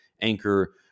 Anchor